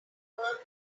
burned